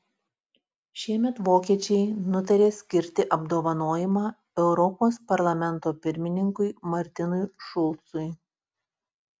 šiemet vokiečiai nutarė skirti apdovanojimą europos parlamento pirmininkui martinui šulcui